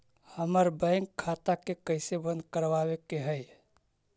हमर बैंक खाता के कैसे बंद करबाबे के है?